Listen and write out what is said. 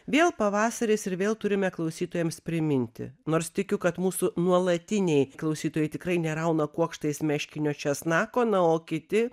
vėl pavasaris ir vėl turime klausytojams priminti nors tikiu kad mūsų nuolatiniai klausytojai tikrai nerauna kuokštais meškinio česnako na o kiti